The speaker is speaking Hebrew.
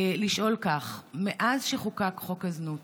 לשאול כך: מאז שחוקק חוק הזנות